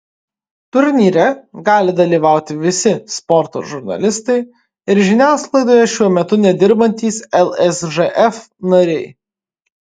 turnyre gali dalyvauti visi sporto žurnalistai ir žiniasklaidoje šiuo metu nedirbantys lsžf nariai